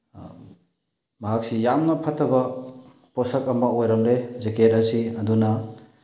ꯃꯍꯥꯛꯁꯤ ꯌꯥꯝꯅ ꯐꯠꯇꯕ ꯄꯣꯠꯁꯛ ꯑꯃ ꯑꯣꯏꯔꯝꯃꯦ ꯖꯦꯀꯦꯠ ꯑꯁꯤ ꯑꯗꯨꯅ